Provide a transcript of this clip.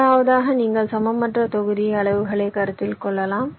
முதலாவதாக நீங்கள் சமமற்ற தொகுதி அளவுகளைக் கருத்தில் கொள்ளலாம்